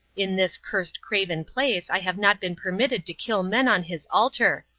in this cursed, craven place i have not been permitted to kill men on his altar.